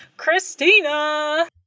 Christina